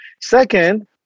Second